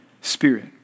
spirit